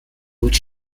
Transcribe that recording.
would